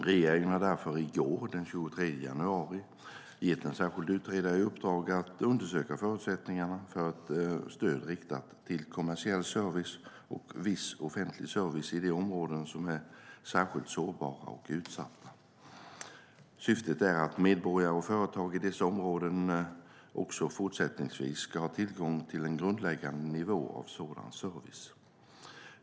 Regeringen har därför i går, den 23 januari, gett en särskild utredare i uppdrag att undersöka förutsättningarna för ett stöd riktat till kommersiell service och viss offentlig service i de områden som är särskilt sårbara och utsatta. Syftet är att medborgare och företag i dessa områden också fortsättningsvis ska ha tillgång till en grundläggande nivå av sådan service.